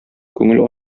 күңел